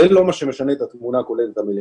זה לא מה שמשנה את התמונה הכוללת המלאה.